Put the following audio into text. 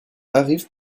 arrive